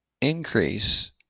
increase